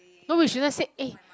no we shouldn't say eh